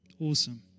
Awesome